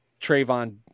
Trayvon